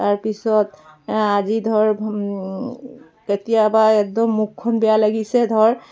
তাৰপিছত আজি ধৰ কেতিয়াবা একদম মুখখন বেয়া লাগিছে ধৰ